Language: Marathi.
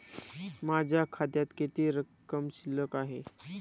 माझ्या खात्यात किती रक्कम शिल्लक आहे?